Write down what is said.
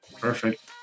Perfect